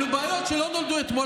אלו בעיות שלא נולדו אתמול,